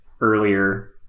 earlier